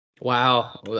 Wow